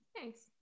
Thanks